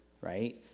right